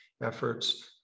efforts